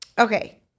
okay